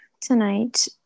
tonight